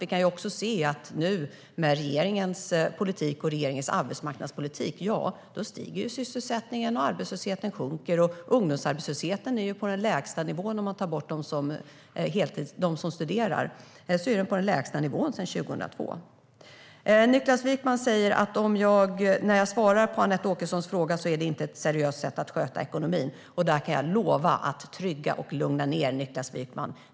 Vi kan nu se att med regeringens arbetsmarknadspolitik stiger sysselsättningen. Arbetslösheten sjunker, och ungdomsarbetslösheten är på den lägsta nivån sedan 2002, om man tar bort de som studerar. När jag svarade på Anette Åkessons fråga sa Niklas Wykman att det inte är ett seriöst sätt att sköta ekonomin. Där kan jag lova att trygga och lugna ned Niklas Wykman.